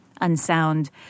unsound